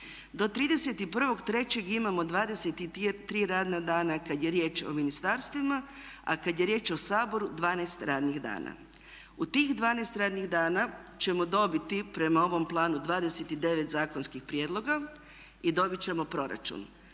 do 31.3. imamo 23 radna dana kada je riječ o ministarstvima a kada je riječ o Saboru 12 radnih dana. U tih 12 radnih dana ćemo dobiti prema ovom planu 29 zakonskih prijedloga i dobiti ćemo proračun.